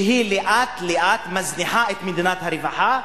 שהיא לאט-לאט מזניחה את מדינת הרווחה,